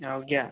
औ ग्या